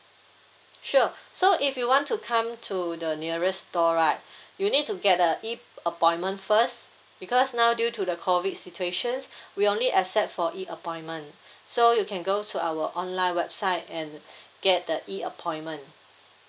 sure so if you want to come to the nearest store right you need to get a e appointment first because now due to the COVID situations we only accept for E appointment so you can go to our online website and get the E appointment